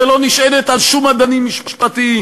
שלא נשענת על שום אדנים משפטיים.